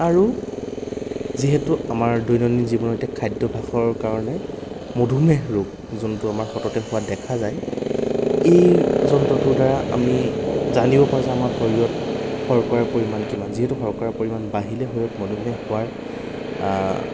আৰু যিহেতু আমাৰ দৈনন্দিন জীৱনত এতিয়া খাদ্যভাসৰ কাৰণে মধুমেহ ৰোগ যোনটো আমাৰ সততে হোৱা দেখা যায় এই যন্ত্ৰটোৰ দ্বাৰা আমি জানিব পাৰোঁ যে আমাৰ শৰীৰত শৰ্কৰাৰ পৰিমাণ কিমান যিহেতু শৰ্কৰাৰ পৰিমাণ বাঢ়িলে শৰীৰত মধুমেহ হোৱাৰ